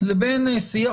לבין שיח,